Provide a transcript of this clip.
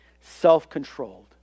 self-controlled